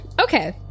Okay